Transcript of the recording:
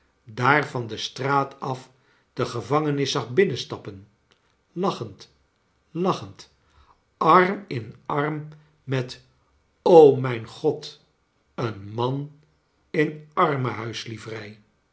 daar van de straat af de gevangenis zag binnenstappen lachend lachend arm in arm met o mijn g-od een man in